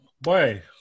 boy